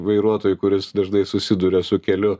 vairuotojui kuris dažnai susiduria su keliu